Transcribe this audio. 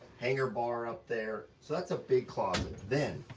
hanger bar up there, so that's a big closet. then,